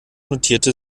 notierte